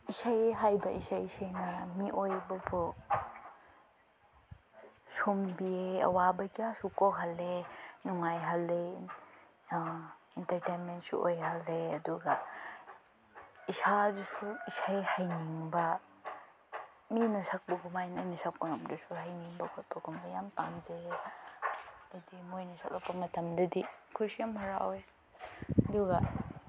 ꯏꯁꯩ ꯍꯥꯏꯕ ꯏꯁꯩꯁꯤꯅ ꯃꯤꯑꯣꯏꯕꯕꯨ ꯁꯨꯝꯕꯤꯌꯦ ꯑꯋꯥꯕ ꯀꯌꯥꯁꯨ ꯀꯣꯛꯍꯜꯂꯦ ꯅꯨꯡꯉꯥꯏꯍꯜꯂꯦ ꯏꯟꯇꯔꯇꯦꯟꯃꯦꯟꯁꯨ ꯑꯣꯏꯍꯜꯂꯦ ꯑꯗꯨꯒ ꯏꯁꯥꯗꯁꯨ ꯏꯁꯩ ꯍꯩꯅꯤꯡꯕ ꯃꯤꯅ ꯁꯛꯄꯑꯗꯨꯃꯥꯏꯅ ꯑꯩꯅ ꯁꯛꯄ ꯉꯝꯗ꯭ꯔꯁꯨ ꯍꯩꯅꯤꯡꯕ ꯈꯣꯠꯄꯒꯨꯝꯕ ꯌꯥꯝ ꯄꯥꯝꯖꯩꯌꯦ ꯍꯥꯏꯗꯤ ꯃꯣꯏꯅ ꯁꯛꯂꯛꯄ ꯃꯇꯝꯗꯗꯤ ꯑꯩꯈꯣꯏꯁꯨ ꯌꯥꯝ ꯍꯔꯥꯎꯋꯦ ꯑꯗꯨꯒ